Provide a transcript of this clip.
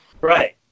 Right